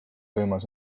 võimalus